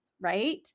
right